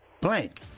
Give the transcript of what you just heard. blank